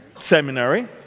Seminary